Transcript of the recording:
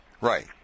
Right